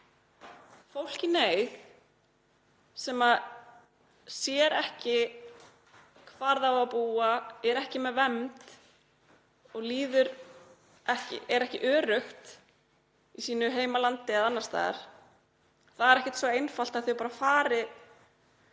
Fólk í neyð sem sér ekki hvar það á að búa, er ekki með vernd og er ekki öruggt í sínu heimalandi eða annars staðar, það er ekkert svo einfalt að það fari bara